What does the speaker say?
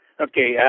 okay